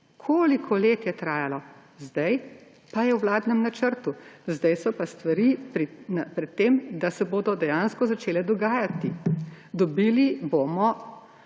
Koliko let je tajalo? Zdaj pa je v vladnem načrtu, zdaj so pa stvari pred tem, da se bodo dejansko začele dogajati. Dobili bomo